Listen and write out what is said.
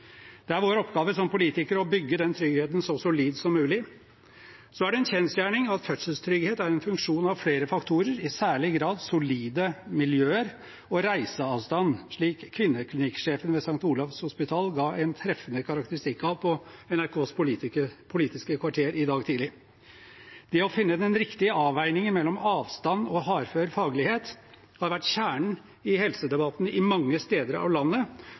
Det er vår oppgave som politikere å bygge den tryggheten så solid som mulig. Så er det en kjensgjerning at fødselstrygghet er en funksjon med flere faktorer, i særlig grad solide miljøer og reiseavstand, slik kvinneklinikksjefen ved St. Olavs hospital ga en treffende karakteristikk av på Politisk kvarter i NRK i dag tidlig. Det å finne den riktige avveiningen mellom avstand og hardfør faglighet har vært kjernen i helsedebatten mange steder i landet og har måttet håndteres av